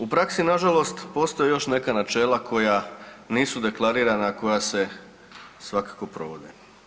U praksi nažalost postoje još neka načela koja nisu deklarirana, koja se svakako provode.